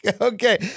Okay